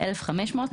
1500,